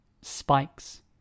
Spikes